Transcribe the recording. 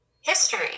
history